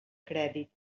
crèdit